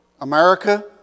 America